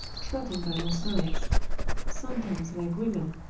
trotting by our sides sometimes like women,